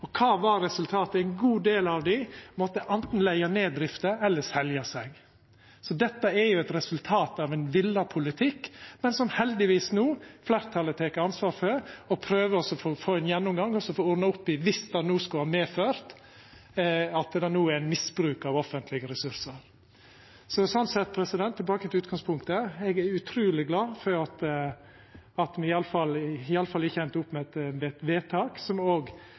resultatet at ein god del av dei anten måtte leggja ned drifta eller selja. Dette er eit resultat av ein villa politikk, men som fleirtalet no heldigvis tek ansvar for og prøver å få ein gjennomgang av og få ordna opp i, viss det skulle ha medført at det no er ein misbruk av offentlege ressursar. Tilbake til utgangspunktet: Eg er utruleg glad for at me i alle fall ikkje enda opp med eit vedtak som